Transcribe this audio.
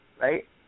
right